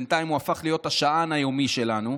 בינתיים הוא הפך להיות השען היומי שלנו.